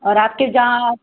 और आपके